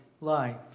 life